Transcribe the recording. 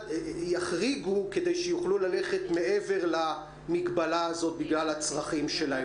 יחריגו כדי שיוכלו ללכת מעבר למגבלה הזאת בגלל הצרכים שלהם.